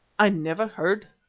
i never heard,